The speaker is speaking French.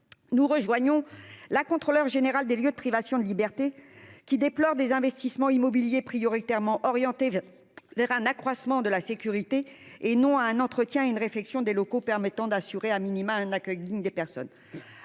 nous rejoignons la contrôleur général des lieux de privation de liberté, qui déplore des investissements immobiliers prioritairement orientée vers un accroissement de la sécurité et non à un entretien une réfection des locaux permettant d'assurer, a minima, un accueil digne des personnes